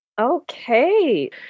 Okay